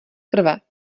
krve